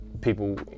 people